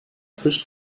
fisch